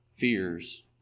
fears